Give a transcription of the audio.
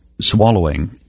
swallowing